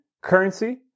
currency